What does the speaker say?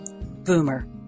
Boomer